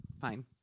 Fine